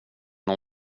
när